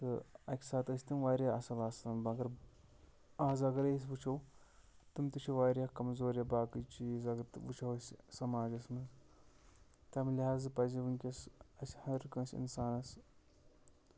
تہٕ اَکہِ ساتہٕ ٲسۍ تِم واریاہ اَصٕل آسان مگر آز اگرَے أسۍ وٕچھو تِم تہِ چھِ واریاہ کَمزور یا باقٕے چیٖز اگر تہِ وُچھو أسۍ سماجَس منٛز تَمہِ لحاظہٕ پَزِ وٕنکٮ۪س اَسہِ ہرکٲنٛسِہ اِنسانَس